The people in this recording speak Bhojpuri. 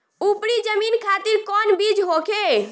उपरी जमीन खातिर कौन बीज होखे?